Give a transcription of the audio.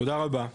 תודה רבה.